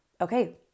okay